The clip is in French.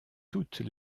toutes